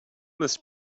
must